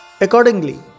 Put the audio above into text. Accordingly